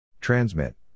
Transmit